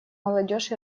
молодежь